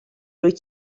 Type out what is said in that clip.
rwyt